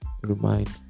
remind